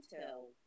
tell